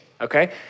okay